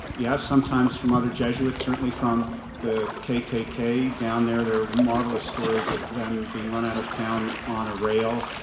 yes, sometimes from other jesuits, certainly from the kkk down there. there are marvelous stories of them being run out of town on a rail